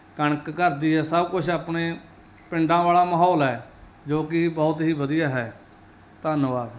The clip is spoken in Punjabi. ਕਣਕ ਘਰ ਦੀ ਆ ਸਭ ਕੁਛ ਆਪਣੇ ਪਿੰਡਾਂ ਵਾਲਾ ਮਾਹੌਲ ਹੈ ਜੋ ਕਿ ਬਹੁਤ ਹੀ ਵਧੀਆ ਹੈ ਧੰਨਵਾਦ